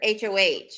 hoh